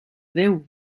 déu